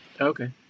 okay